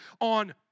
on